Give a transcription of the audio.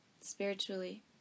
spiritually